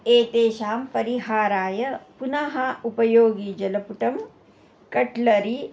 एतेषां परिहाराय पुनः उपयोगीजालपुटं कट्लरी